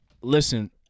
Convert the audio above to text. Listen